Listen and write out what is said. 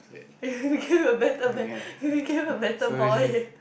you became a better man you became a better boy